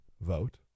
vote